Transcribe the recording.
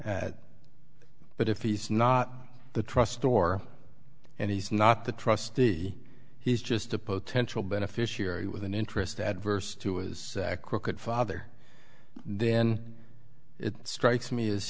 at but if he's not the trust store and he's not the trustee he's just a potential beneficiary with an interest adverse to it was crooked father then it strikes me is